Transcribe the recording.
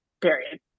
period